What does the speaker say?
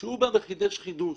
שמחדשת חידוש: